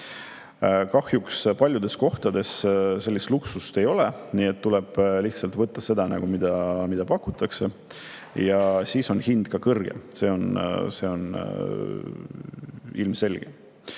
Kahjuks paljudes kohtades sellist luksust ei ole, nii et tuleb lihtsalt võtta seda, mida pakutakse, ja siis on hind kõrgem. See on ilmselge.